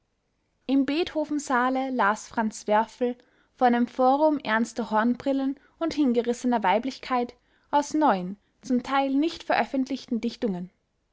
im beethovensaale las franz werfel vor einem forum ernster hornbrillen und hingerissener weiblichkeit aus neuen zum teil nicht veröffentlichten dichtungen